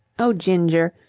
oh, ginger!